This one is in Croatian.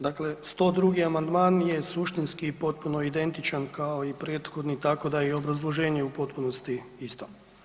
Dakle 102 amandman je suštinski potpuno identičan kao i prethodni, tako da je i obrazloženje u potpunosti isto.